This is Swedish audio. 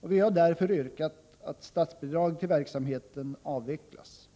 Vi har därför yrkat att statsbidrag till verksamheten avvecklas.